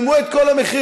תשלמו את כל המחירים,